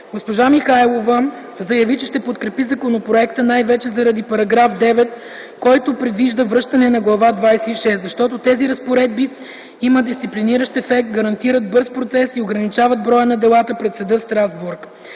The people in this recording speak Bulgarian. Госпожа Е. Михайлова заяви, че ще подкрепи законопроекта най-вече заради § 9, който предвижда връщането на Глава 26, защото тези разпоредби имат дисциплиниращ ефект, гарантират бърз процес и ограничават броя на делата пред Съда в Страсбург.